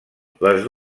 les